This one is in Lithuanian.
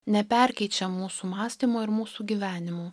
neperkeičia mūsų mąstymo ir mūsų gyvenimų